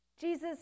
Jesus